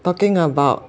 talking about